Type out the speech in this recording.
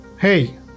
Hey